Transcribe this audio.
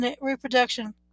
reproduction